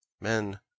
men